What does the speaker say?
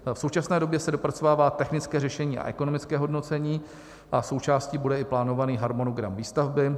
V současné době se dopracovává technické řešení a ekonomické hodnocení a součástí bude i plánovaný harmonogram výstavby.